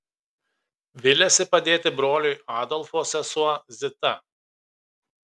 viliasi padėti broliui adolfo sesuo zita